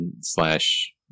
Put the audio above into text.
slash